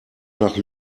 nach